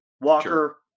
Walker